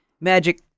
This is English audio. magic